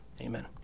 Amen